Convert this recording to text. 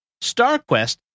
StarQuest